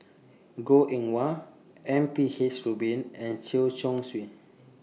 Goh Eng Wah M P H Rubin and Chen Chong Swee